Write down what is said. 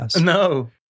No